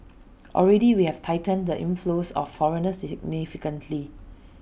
already we have tightened the inflows of foreigners significantly